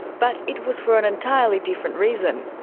but it was for an entirely different reason.